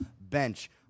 bench